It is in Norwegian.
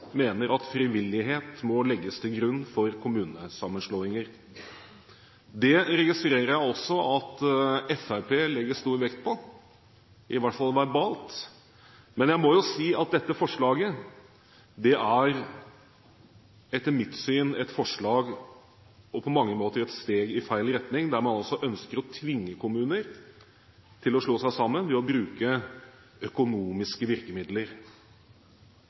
mener at frivillighet må legges til grunn for kommunesammenslåinger. Det registrerer jeg også at Fremskrittspartiet legger stor vekt på – i hvert fall verbalt. Men jeg må jo si at dette forslaget etter mitt syn på mange måter er et steg i feil retning, der man altså ønsker å tvinge kommuner til å slå seg sammen ved å bruke økonomiske virkemidler.